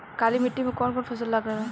काली मिट्टी मे कौन कौन फसल लाग सकेला?